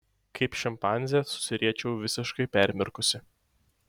kaip šimpanzė susiriečiau visiškai permirkusi